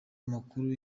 amakuru